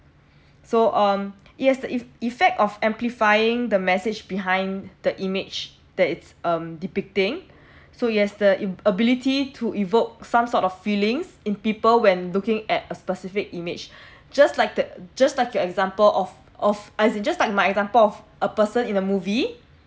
so um it has the eff~ effect of amplifying the message behind the image that it's um depicting so it has the ability to evoke some sort of feelings in people when looking at a specific image just like the just like your example of of as in just like my example of a person in a movie